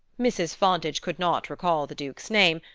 mrs. fontage could not recall the duke's name,